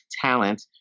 talent